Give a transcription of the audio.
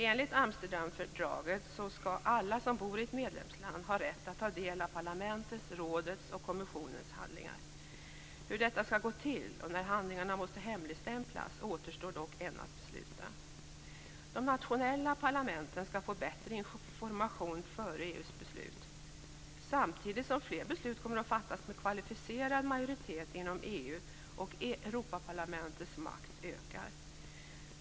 Enligt Amsterdamfördraget skall alla som bor i ett medlemsland ha rätt att ta del av parlamentets, rådets och kommissionens handlingar. Hur detta skall gå till och när handlingar måste hemligstämplas återstår dock ännu att besluta. De nationella parlamenten skall få bättre information före EU:s beslut, samtidigt som fler beslut kommer att fattas med kvalificerad majoritet inom EU och Europaparlamentets makt ökar.